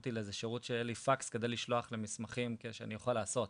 שילמתי לאיזה שירות שיהיה לי פקס כדי לשלוח מסמכים כדי שאני אוכל לעשות.